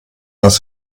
das